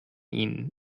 ihnen